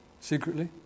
secretly